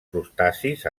crustacis